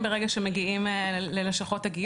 שמדברים על החוסן הנפשי.